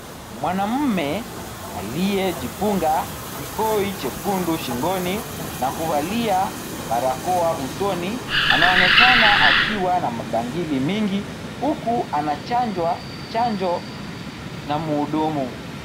Mwanaume aliye jifunga kikoi jekundu shingoni na kuvalia barakoa usoni anaonekana akiwa na mabangili mingi huku anachanjwa chanjo na muhudumu.